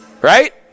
Right